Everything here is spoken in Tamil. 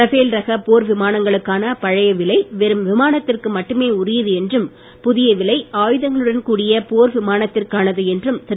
ரபேஃல் ரக போர் விமானங்களுக்கான பழைய விலை வெறும் விமானத்திற்கு மட்டுமே உரியது என்றும் புதிய விலை ஆயுதங்களுடன் கூடிய போர் விமானத்திற்கானது என்றும் திரு